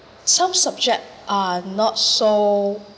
some subject are not so